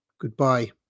Goodbye